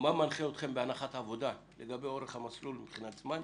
מה מנחה אותם בהנחת העבודה לגבי אורך המסלול מבחינת זמן,